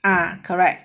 ah correct